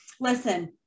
listen